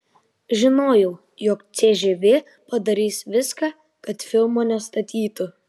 žinojau jog cžv padarys viską kad filmo nestatytų